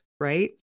right